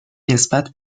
نسبت